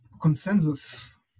consensus